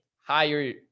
higher